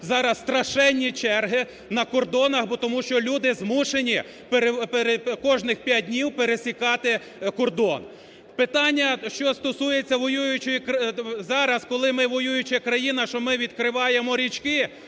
Зараз страшенні черги на кордонах, тому що люди змушені кожних 5 днів пересікати кордон. Питання, що стосується воюючої… Зараз, коли ми – воююча країна, що ми відкриваємо річки.